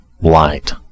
light